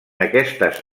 aquestes